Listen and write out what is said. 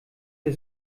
der